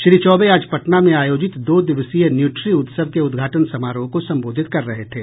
श्री चौबे आज पटना में आयोजित दो दिवसीय न्यूट्री उत्सव के उद्घाटन समारोह को संबोधित कर रहे थे